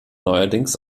neuerdings